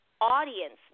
audience